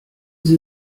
sie